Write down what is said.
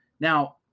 Now